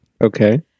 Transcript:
Okay